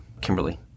Kimberly